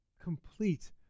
Complete